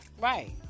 Right